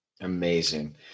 Amazing